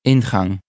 Ingang